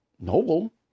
noble